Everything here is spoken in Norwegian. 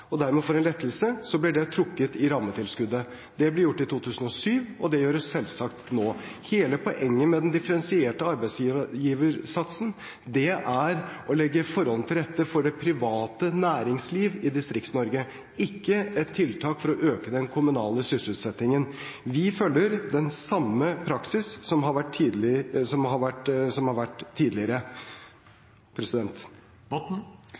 og dermed får en lettelse, blir det trukket i rammetilskuddet. Det ble gjort i 2007, og det gjøres selvsagt nå. Hele poenget med den differensierte arbeidsgiversatsen er å legge forholdene til rette for det private næringsliv i Distrikts-Norge. Det er ikke et tiltak for å øke den kommunale sysselsettingen. Vi følger den samme praksis som har vært tidligere. Jeg hører hva statsråden sier, men han har